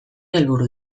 helburu